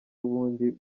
ubundi